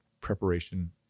preparation